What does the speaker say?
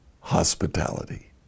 hospitality